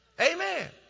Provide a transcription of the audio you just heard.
Amen